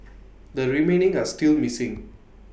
the remaining are still missing